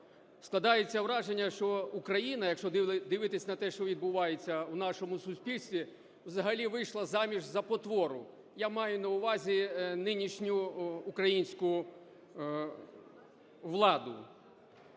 Складається враження, що Україна, якщо дивитись на те, що відбувається в нашому суспільстві, взагалі вийшла заміж за потвору. Я маю на увазі нинішню українську владу,